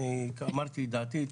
אמרתי את דעתי,